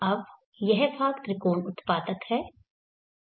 अब यह भाग त्रिकोण उत्पादक है